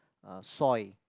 uh soil